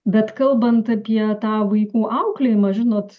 bet kalbant apie tą vaikų auklėjimą žinot